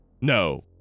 no